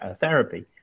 therapy